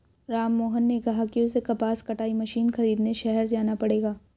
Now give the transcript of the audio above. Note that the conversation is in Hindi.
राममोहन ने कहा कि उसे कपास कटाई मशीन खरीदने शहर जाना पड़ेगा